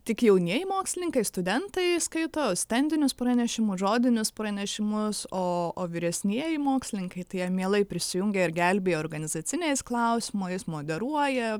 tik jaunieji mokslininkai studentai skaito stendinius pranešimus žodinius pranešimus o o vyresnieji mokslininkai tai jie mielai prisijungia ir gelbėja organizaciniais klausimais moderuoja